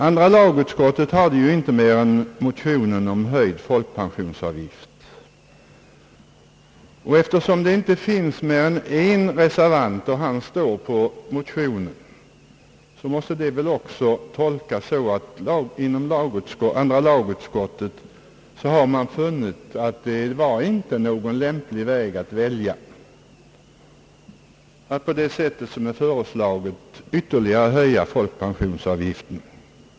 Andra lagutskottet hade ju inte att behandla mer än en motion om höjd folkpensionsavgift, och eftersom det inte finns fler än en reservant — och han står på motionen — så måste det också tolkas så, att man inom andra lagutskottet har funnit att det inte var någon lämplig väg att på det sätt som är föreslaget ytterligare höja folkpensionsavgiften.